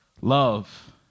love